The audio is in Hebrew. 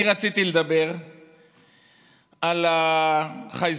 אני רציתי לדבר על החייזרים,